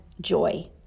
joy